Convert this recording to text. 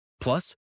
Plus